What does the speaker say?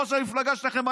ראש המפלגה שלכם,